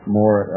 more